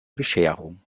bescherung